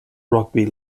rugby